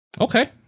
Okay